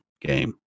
game